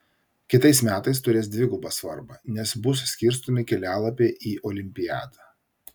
kitais metais turės dvigubą svarbą nes bus skirstomi kelialapiai į olimpiadą